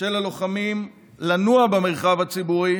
של הלוחמים לנוע במרחב הציבורי